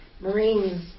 Marines